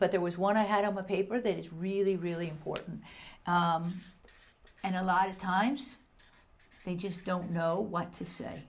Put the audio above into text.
but there was one i had of a paper that is really really important and a lot of times we just don't know what to say